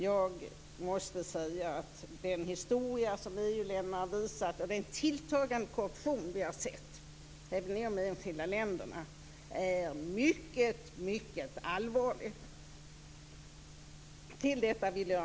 Jag måste säga att den historia som EU-länderna har visat och den tilltagande korruption vi har sett även i de enskilda länderna är mycket, mycket allvarlig.